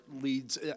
leads